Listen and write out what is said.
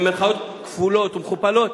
במירכאות כפולות ומכופלות,